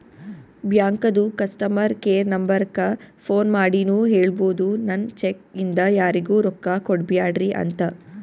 ಬ್ಯಾಂಕದು customer care ನಂಬರಕ್ಕ phone ಮಾಡಿನೂ ಹೇಳ್ಬೋದು, ನನ್ ಚೆಕ್ ಇಂದ ಯಾರಿಗೂ ರೊಕ್ಕಾ ಕೊಡ್ಬ್ಯಾಡ್ರಿ ಅಂತ